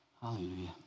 Hallelujah